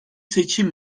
seçim